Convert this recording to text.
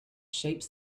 shapes